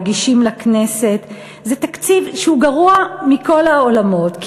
מגישים לכנסת זה תקציב שהוא גרוע מכל העולמות,